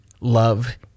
Love